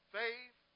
faith